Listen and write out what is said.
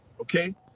Okay